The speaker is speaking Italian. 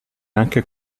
anche